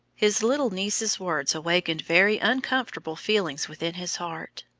his little niece's words awakened very uncomfortable feelings within his heart.